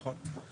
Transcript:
נכון.